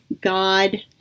God